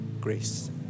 grace